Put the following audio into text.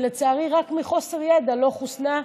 שלצערי רק מחוסר ידע לא חוסנה,